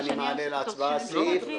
אני מעלה להצבעה את